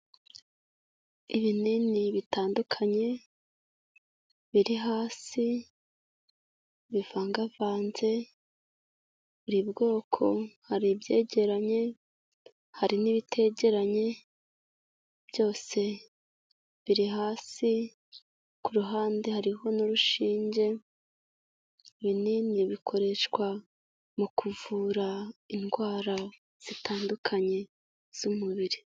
Ibinini bitandukanye, biri hasi, bivangavanze, buri bwoko hari ibyegeranye, hari n'ibitegeranye, byose biri hasi, ku ruhande hariho n'urushinge, ibinini bikoreshwa mu kuvura indwara zitandukanye z'umubiri.